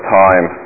time